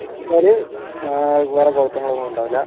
ശ്രദ്ധിച്ചാൽ വേറെ കുഴപ്പങ്ങളൊന്നും ഉണ്ടാവില്ല